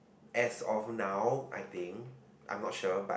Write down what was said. as of now I think I'm not sure but